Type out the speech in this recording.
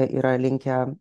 yra linkę